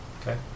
Okay